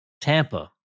Tampa